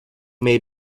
may